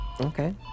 okay